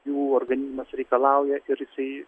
jų organizmas reikalauja ir jisai